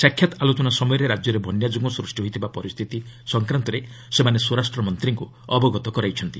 ସାକ୍ଷାତ୍ ଆଲୋଚନା ସମୟରେ ରାଜ୍ୟରେ ବନ୍ୟା ଯୋଗୁଁ ସୂଷ୍ଟି ହୋଇଥିବା ପରିସ୍ଥିତି ସଂକ୍ରାନ୍ତରେ ସେମାନେ ସ୍ୱରାଷ୍ଟ୍ର ମନ୍ତ୍ରୀଙ୍କ ଅବଗତ କରାଇଛନ୍ତି